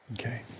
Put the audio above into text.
Okay